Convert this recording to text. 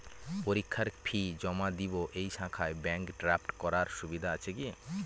পরীক্ষার ফি জমা দিব এই শাখায় ব্যাংক ড্রাফট করার সুবিধা আছে কি?